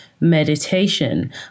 meditation